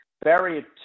Barrier